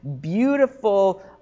beautiful